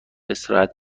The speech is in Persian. استراحت